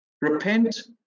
Repent